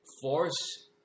force